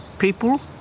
people